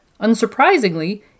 Unsurprisingly